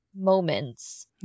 moments